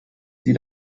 sie